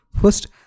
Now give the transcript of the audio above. First